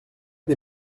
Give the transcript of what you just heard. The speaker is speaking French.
des